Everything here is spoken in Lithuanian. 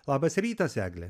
labas rytas egle